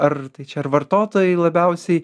ar tai čia ar vartotojai labiausiai